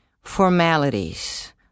formalities